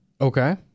Okay